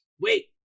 wait